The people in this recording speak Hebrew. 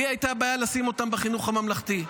לי הייתה בעיה לשים אותם בחינוך הממלכתי,